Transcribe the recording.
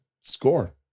score